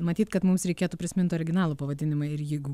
matyt kad mums reikėtų prisimint originalų pavadinimą ir jeigu